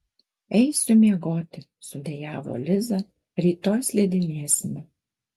eisiu miegoti sudejavo liza rytoj slidinėsime